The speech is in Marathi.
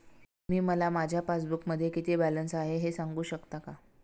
तुम्ही मला माझ्या पासबूकमध्ये किती बॅलन्स आहे हे सांगू शकता का?